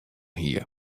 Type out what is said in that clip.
hie